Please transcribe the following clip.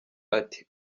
ati